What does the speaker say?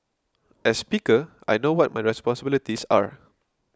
as speaker I know what my responsibilities are